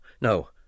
no